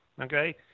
okay